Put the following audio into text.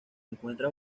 encuentra